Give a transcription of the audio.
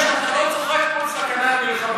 אני מאוד מאוד מקווה שאתה לא צוחק פה על סכנת מלחמה,